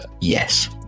Yes